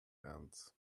ends